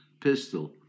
pistol